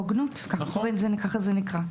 הוגנות, ככה זה נקרא.